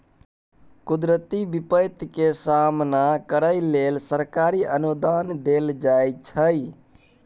कुदरती बिपैत के सामना करइ लेल सरकारी अनुदान देल जाइ छइ